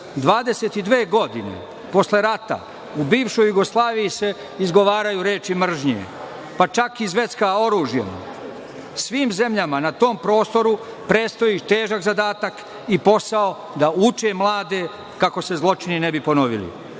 22 godine posle rata, u bivšoj Jugoslaviji se izgovaraju reči mržnje, pa čak i zvecka oružjem. Svim zemljama na tom prostoru prestoji težak zadatak i posao da uče mlade kako se zločini ne bi ponovili.